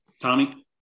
Tommy